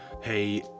hey